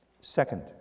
Second